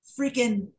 freaking